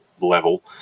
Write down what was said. level